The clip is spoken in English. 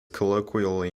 colloquially